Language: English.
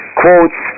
quotes